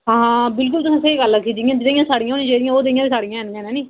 हां बिल्कुल तुसें स्हेई गल्ल आक्खी जि'यां जि'यां साढ़ियां होनी चाहिदियां ओह् जनेहियां साढ़ियां ऐ निं हैन हैन्नी